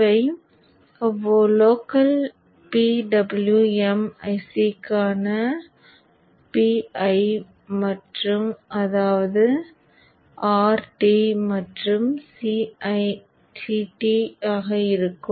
இவை local PWM ICக்கான Rt மற்றும் Ct ஆக இருக்கும்